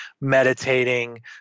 meditating